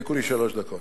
יספיקו לי שלוש דקות.